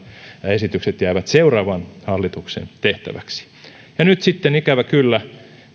esitykset jäävät seuraavan hallituksen tehtäväksi ja nyt sitten ikävä kyllä